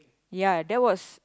ya that was